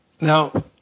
Now